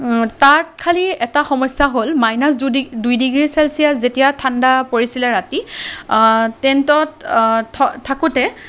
তাত খালি এটা সমস্যা এটা হ'ল মাইনাছ দুই ডিগ্ৰী চেলচিয়াছ যেতিয়া ঠাণ্ডা পৰিছিলে ৰাতি টেণ্টত থাকোঁতে